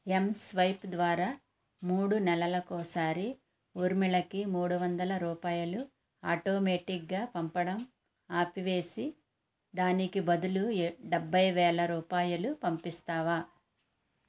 mSwipe ద్వారా మూడు నెలలకోసారి ఊర్మిళకి మూడు వందల రూపాయలు ఆటోమెటీక్గా పంపడం ఆపివేసి దానికి బదులు ఎ డెబ్భై వేల రూపాయలు పంపిస్తావా